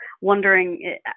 wondering